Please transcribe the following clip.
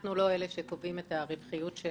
אנחנו לא אלה שקובעים את הרווחיות של